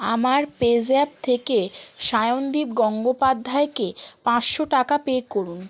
আমার পেজ্যাপ থেকে সায়নদীপ গঙ্গোপাধ্যায়কে পাঁচশো টাকা পে করুন